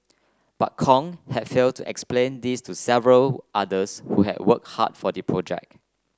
but Kong had failed to explain this to several others who had worked hard for the project